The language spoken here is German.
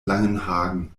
langenhagen